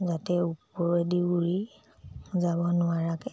যাতে ওপৰেদি উৰি যাব নোৱাৰাকৈ